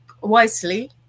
wisely